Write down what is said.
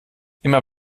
immer